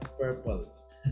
purple